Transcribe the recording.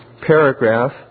paragraph